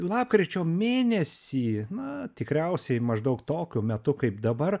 lapkričio mėnesį na tikriausiai maždaug tokiu metu kaip dabar